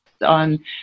on